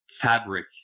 fabric